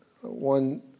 one